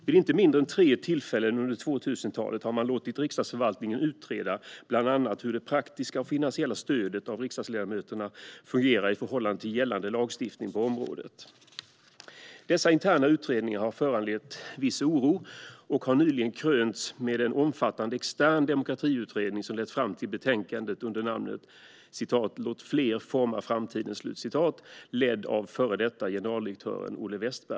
Vid inte mindre än tre tillfällen under 2000-talet har man låtit Riksdagsförvaltningen utreda bland annat hur det praktiska och finansiella stödet till riksdagsledamöterna fungerar i förhållande till gällande lagstiftning på området. Dessa interna utredningar har föranlett viss oro och har nyligen krönts med en omfattande extern demokratiutredning, ledd av före detta generaldirektören Olle Wästberg, som lett fram till betänkandet Låt fler forma framtiden!